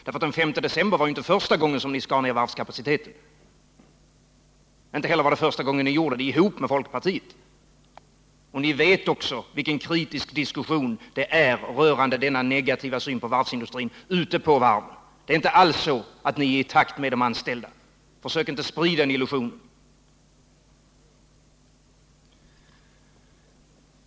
Den 5 december var inte första gången ni skar ned varvskapaciteten, inte heller var det första gången ni gjorde det ihop med folkpartiet. Ni vet också vilken kritisk diskussion beträffande denna negativa syn på varvsindustrin som pågår ute på varven. Det är inte alls så att ni är i takt med de anställda. Försök inte sprida den illusionen!